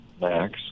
max